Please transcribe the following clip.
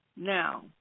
Now